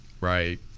right